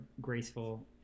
graceful